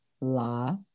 la